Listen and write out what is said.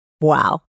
wow